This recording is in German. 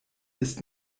ist